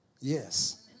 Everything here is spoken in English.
Yes